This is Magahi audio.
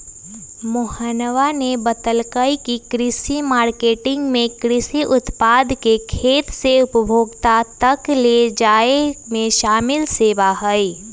मोहना ने बतल कई की कृषि मार्केटिंग में कृषि उत्पाद के खेत से उपभोक्ता तक ले जाये में शामिल सेवा हई